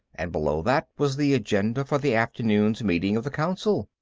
and below that was the agenda for the afternoon's meeting of the council.